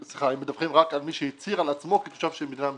מדווחים על מי שהצהיר על עצמו כתושב של מדינה מסוימת.